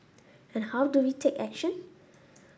and how do we take action